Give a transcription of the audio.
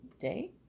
day